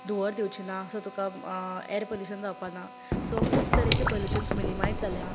धुंवर दिवचीना सो तुका एअर पोलूशन जावपाना सो खूब तरेचे पोलूशन्स मिनीमायज जाल्ले आहा